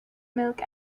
milk